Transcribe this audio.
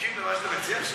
תסכים למה שאתה מציע עכשיו?